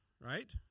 right